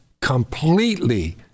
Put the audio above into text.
completely